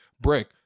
break